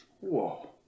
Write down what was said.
Whoa